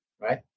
right